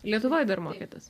lietuvoj dar mokėtės